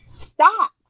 Stop